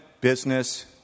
business